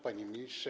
Panie Ministrze!